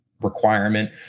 requirement